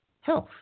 health